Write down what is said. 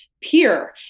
peer